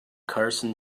carson